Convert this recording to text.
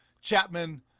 Chapman